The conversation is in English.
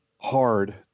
Hard